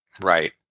Right